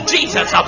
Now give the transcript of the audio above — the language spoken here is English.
Jesus